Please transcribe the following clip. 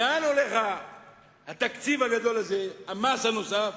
לאן הולך התקציב הגדול הזה, המס הנוסף?